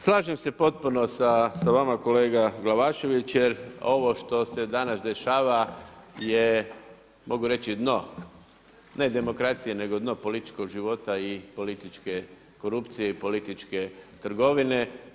Slažem se potpuno sa vama kolega Glavašević jer ovo što se danas dešava je mogu reći dno, ne demokracije nego dno političkog života i političke korupcije i političke trgovine.